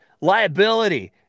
liability